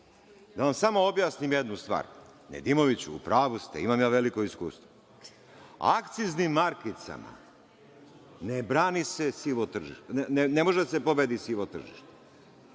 Da vam samo objasnim jednu stvar. Nedimoviću, u pravu ste, imam ja veliko iskustvo. Akciznim markicama ne može da se pobedi sivo tržište. Milan